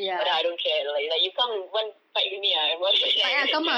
but then I don't care like you come you want to fight with me ah want like ya